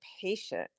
patient